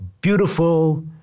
beautiful